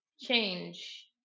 change